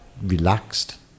relaxed